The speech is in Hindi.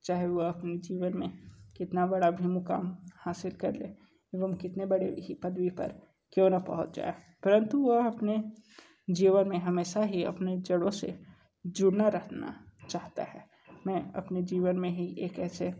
चाहे वह अपने जीवन में कितना बड़ा भी मुक़ाम हासिल कर ले एवं कितने बड़े ही पदवी पर क्यों ना पहुँच जाए परंतु वह अपने जीवन में हमेशा ही अपने जड़ों से जुड़ा रहना चाहता है मैं अपने जीवन में ही एक ऐसे